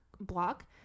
block